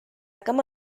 cama